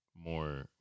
More